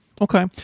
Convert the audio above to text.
Okay